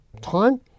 time